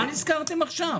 מה נזכרתם עכשיו?